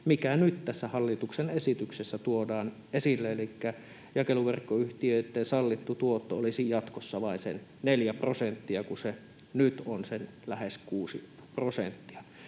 mikä nyt tässä hallituksen esityksessä tuodaan esille. Elikkä jakeluverkkoyhtiöitten sallittu tuotto olisi jatkossa vain sen 4 prosenttia, kun se nyt on lähes 6 prosenttia.